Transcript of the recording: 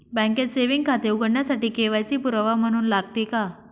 बँकेत सेविंग खाते उघडण्यासाठी के.वाय.सी पुरावा म्हणून लागते का?